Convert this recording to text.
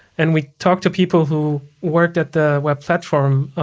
and we talked to people who worked at the web platform